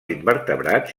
invertebrats